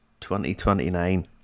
2029